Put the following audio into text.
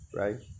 right